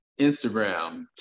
Instagram